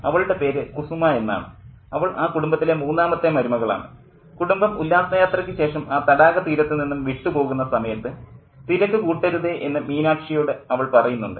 അവളുടെ പേര് കുസുമ എന്നാണ് അവൾ ആ കുടുംബത്തിലെ മൂന്നാമത്തെ മരുമകളാണ് കുടുംബം ഉല്ലാസ യാത്രയ്ക്കു ശേഷം ആ തടാകതീരത്തു നിന്നും വിട്ടു പോകുന്ന സമയത്ത് തിരക്കുകൂട്ടരുതേ എന്ന് മീനാക്ഷിയോട് അവൾ പറയുന്നുണ്ട്